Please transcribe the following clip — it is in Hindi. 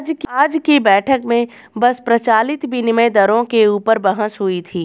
आज की बैठक में बस प्रचलित विनिमय दरों के ऊपर बहस हुई थी